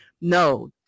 no